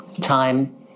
time